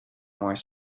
more